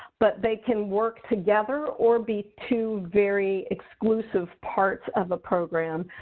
but they can work together or be two very exclusive parts of a program.